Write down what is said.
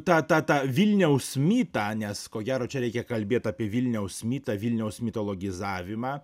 tą tą tą vilniaus mitą nes ko gero čia reikia kalbėt apie vilniaus mitą vilniaus mitologizavimą